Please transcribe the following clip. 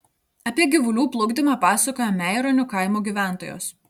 apie gyvulių plukdymą pasakoja meironių kaimo gyventojos